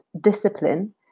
discipline